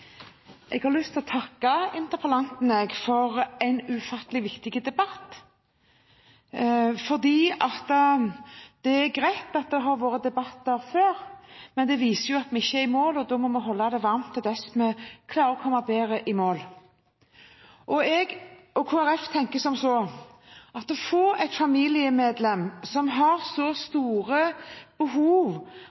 greit at det har vært debatter før, men de viser at vi ikke er i mål, og da må vi holde dette varmt til vi klarer å komme i mål. Jeg og Kristelig Folkeparti tenker at det å få et familiemedlem som har så store og ressurskrevende behov,